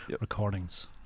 recordings